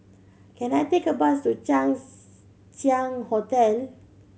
can I take a bus to Chang Ziang Hotel